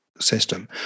system